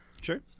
Sure